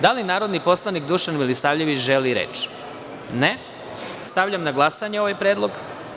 Da li narodni poslanik Dušan Milisavljević želi reč? (Ne) Stavljam na glasanje ovaj predlog.